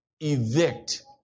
evict